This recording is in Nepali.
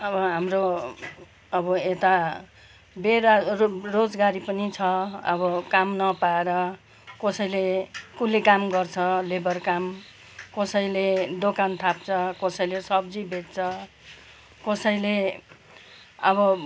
अब हाम्रो अब यता बेरारो रोजगारी पनि छ अब काम नपाएर कोसैले कुल्ली काम गर्छ लेबर काम कोसैले दोकान थाप्छ कोसैले सब्जी बेच्छ कसैले अब